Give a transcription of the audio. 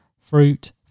fruit